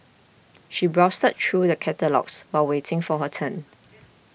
she browsed such through the catalogues while waiting for her turn